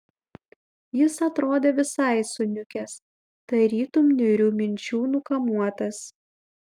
jis atrodė visai suniukęs tarytum niūrių minčių nukamuotas